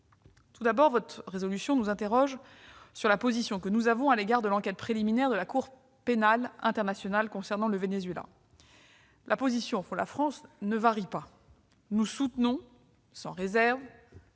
Tout d'abord, votre résolution nous interroge sur notre position à l'égard de l'enquête préliminaire de la Cour pénale internationale concernant le Venezuela. La position de la France ne varie pas : nous soutenons, sans réserve,